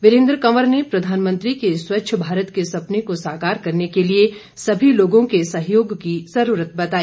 वीरेन्द्र कंवर ने प्रधानमंत्री के स्वच्छ भारत के सपने को साकार करने के लिए सभी लोगों के सहयोग की जरूरत बताई